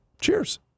cheers